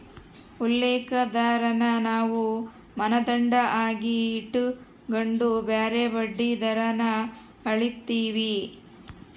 ಉಲ್ಲೇಖ ದರಾನ ನಾವು ಮಾನದಂಡ ಆಗಿ ಇಟಗಂಡು ಬ್ಯಾರೆ ಬಡ್ಡಿ ದರಾನ ಅಳೀತೀವಿ